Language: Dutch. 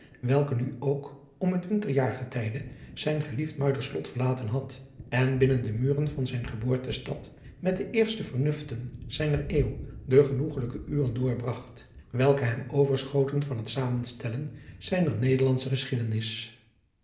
welke nu ook om het winterjaargetijde zijn geliefd uiderslot verlaten had en binnen de muren van zijn geboortestad met de eerste vernuften zijner euw de genoegelijke uren doorbragt welke hem overschoten van het zamenstellen zijner ederlandsche eschiedenis